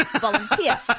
volunteer